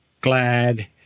glad